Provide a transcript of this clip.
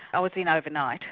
i was in overnight.